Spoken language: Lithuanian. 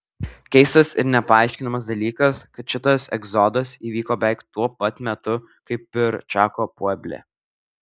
keistas ir nepaaiškinamas dalykas kad šitas egzodas įvyko beveik tuo pat metu kaip ir čako pueble